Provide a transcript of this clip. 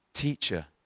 Teacher